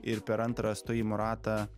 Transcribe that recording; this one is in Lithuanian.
ir per antrą stojimo ratą